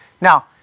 Now